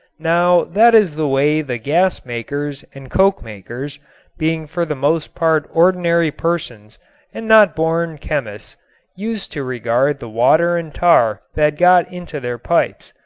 now that is the way the gas-makers and coke-makers being for the most part ordinary persons and not born chemists used to regard the water and tar that got into their pipes.